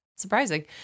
surprising